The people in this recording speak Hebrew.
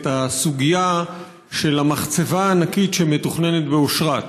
הסוגיה של המחצבה הענקית שמתוכננת באושרת.